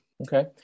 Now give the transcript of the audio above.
Okay